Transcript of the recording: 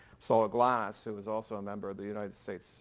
sol ah glass who was also a member of the united states